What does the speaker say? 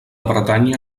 bretanya